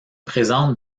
présente